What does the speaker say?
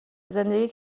زندگی